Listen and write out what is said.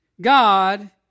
God